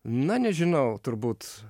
na nežinau turbūt